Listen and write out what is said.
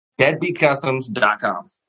deadbeatcustoms.com